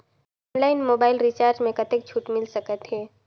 Online mobile recharge मे कतेक छूट मिल सकत हे?